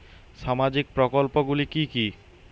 সামাজিক প্রকল্প গুলি কি কি?